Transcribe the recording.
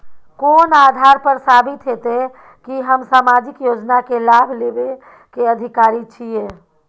कोन आधार पर साबित हेते की हम सामाजिक योजना के लाभ लेबे के अधिकारी छिये?